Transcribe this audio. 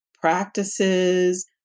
practices